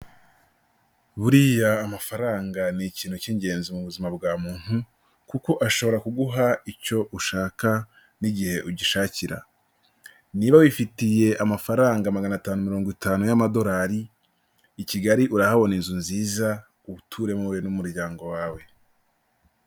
Buriya amafaranga ni ikintu cy'ingenzi mu buzima bwa muntu kuko ashobora kuguha icyo ushaka n'igihe ugishakira. Niba wifitiye amafaranga magana atanu mirongo itanu y'amadolari, i Kigali urahabona inzu nziza, uturemo wowe n'umuryango wawe.